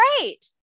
great